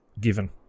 given